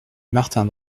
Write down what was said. martin